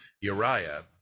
uriah